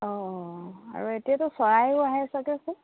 অঁ আৰু এতিয়াতো চৰাইও আহে চাগে খুব